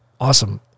awesome